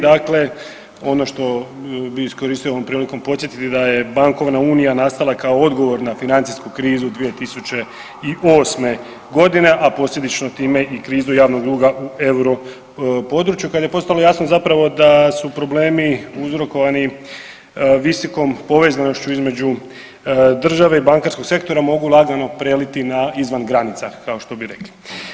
Dakle, ono što bi iskoristio ovom prilikom podsjetiti da je bankovna unija nastala kao odgovor na financijsku krizu 2008. godine, a posljedično time i krizu javnog duga u europodručju kada je postalo jasno zapravo da se problemi uzrokovani visokom povezanošću između države i bankarskog sektora mogu lagano preliti na izvan granica kao što bi rekli.